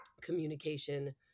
communication